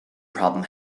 problem